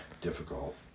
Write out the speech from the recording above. difficult